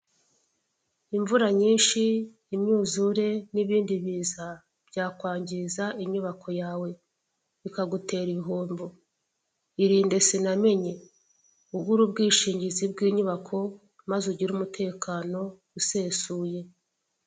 Imvura nyinshi, imyuzure, n'ibindi biza, byakwangiza inyubako yawe, bikagutera ibihombo. Irinde sinamenye! Ugure ubwishingizi bw'inyubako, maze ugire umutakano usesuye.